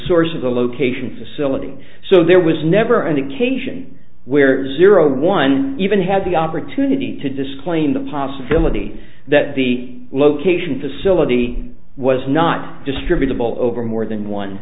source of the location facility so there was never an occasion where zero one even had the opportunity to disclaim the possibility that the location facility was not distributable over more than one